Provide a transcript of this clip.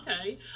Okay